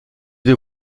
deux